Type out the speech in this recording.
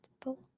people